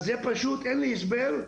אז פשוט אין לי הסבר,